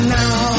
now